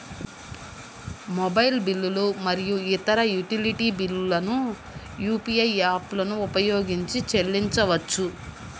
mobile బిల్లులు మరియు ఇతర యుటిలిటీ బిల్లులను యూ.పీ.ఐ యాప్లను ఉపయోగించి చెల్లించవచ్చు